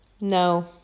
no